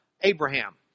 Abraham